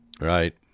right